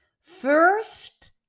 first